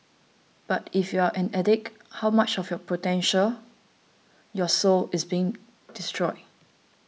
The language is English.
but if you're an addict how much of your potential your soul is being destroyed